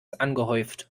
angehäuft